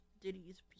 diddy's